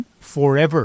Forever